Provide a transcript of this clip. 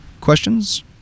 questions